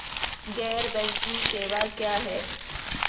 गैर बैंकिंग सेवा क्या हैं?